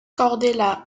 cordelia